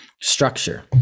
structure